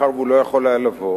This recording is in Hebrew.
מאחר שהוא לא יכול היה לבוא,